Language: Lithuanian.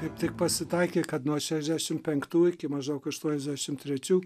kaip tik pasitaikė kad nuo šešiasdešim penktų iki maždaug aštuoniasdešim trečių